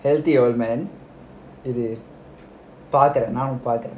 healthy old man இது பார்க்குறேன் நானும் பார்க்குறேன்:idhu paarkkuraen naanum paarkkuraen